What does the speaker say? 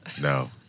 No